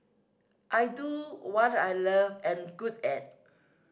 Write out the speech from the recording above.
I do what I love and good at